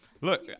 Look